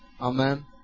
Amen